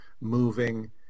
moving